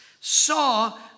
saw